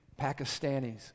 Pakistanis